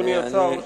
אדוני השר,